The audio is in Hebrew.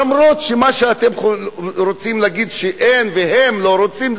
למרות מה שאתם רוצים להגיד אין, והם לא רוצים.